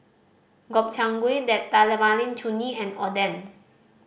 Gobchang Gui Date Tamarind Chutney and Oden